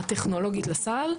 הטכנולוגית לסל,